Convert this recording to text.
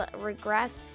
regress